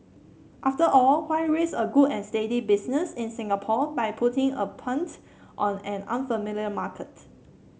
after all why risk a good and steady business in Singapore by putting a punt on an unfamiliar market